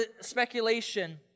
speculation